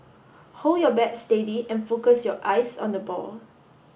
hold your bat steady and focus your eyes on the ball